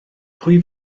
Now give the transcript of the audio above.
pwy